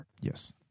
Yes